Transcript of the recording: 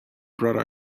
brought